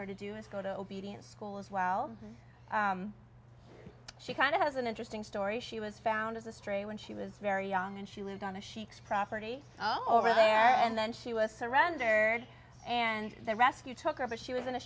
her to do is go to obedience school as well she kind of has an interesting story she was found as a stray when she was very young and she lived on a sheik's property over there and then she was surrendered and the rescue took her but she was in a